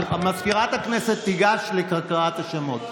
מזכירת הכנסת תיגש ותקרא את השמות.